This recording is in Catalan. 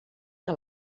que